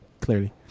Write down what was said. clearly